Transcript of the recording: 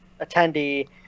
attendee